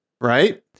right